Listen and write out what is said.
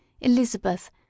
Elizabeth